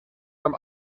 beim